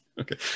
Okay